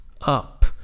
up